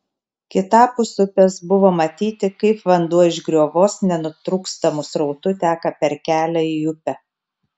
kitapus upės buvo matyti kaip vanduo iš griovos nenutrūkstamu srautu teka per kelią į upę